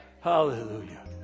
Hallelujah